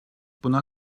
buna